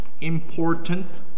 important